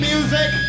Music